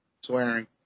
Swearing